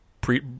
pre